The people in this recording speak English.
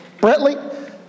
Brentley